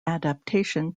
adaptation